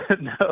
No